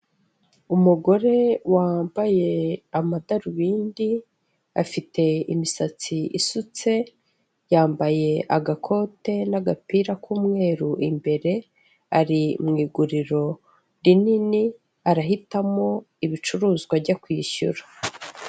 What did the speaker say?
Umugore wambaye amadarubindi afite imisatsi isutse yambaye agakote n'agapira k'umweru imbere ari mu iguriro rinini arahitamo ibicuruzwa ajya kwishyura.